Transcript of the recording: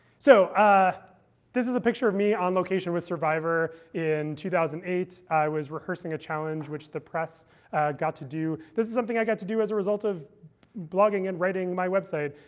so ah this is a picture of me on location with survivor in two thousand and eight. i was rehearsing a challenge, which the press got to do. this is something i got to do as a result of blogging and writing my website.